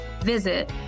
Visit